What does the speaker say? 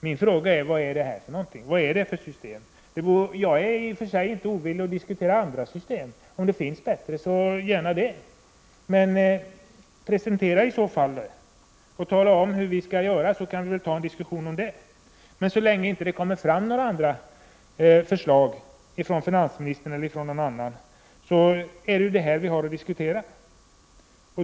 Då är min fråga: Vad är detta? Vilka system är det? Jag är i och för sig inte ovillig att diskutera andra och bättre sätt om det finns sådana. Presentera i så fall de nya systemen och tala om hur vi skall göra så att vi får en diskussion om saken. Så länge finansministern eller någon annan inte kommer med några andra förslag är det ju slopad skatt som vi har att diskutera.